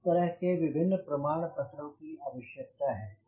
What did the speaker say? इस तरह विभिन्न प्रमाणपत्रों की आवश्यकता है